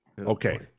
Okay